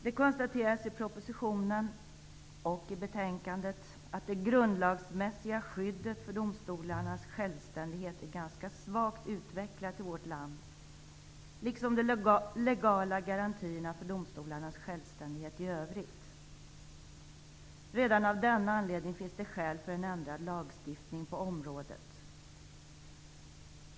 Det konstateras i propositionen och i betänkandet att det grundlagsmässiga skyddet för domstolarnas självständighet är ganska svagt utvecklat i vårt land, liksom de legala garantierna för domstolarnas självständighet i övrigt. Redan av denna anledning finns det skäl för en ändrad lagstiftning på området.